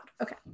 okay